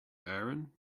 aaron